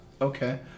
Okay